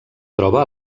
troba